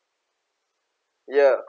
ya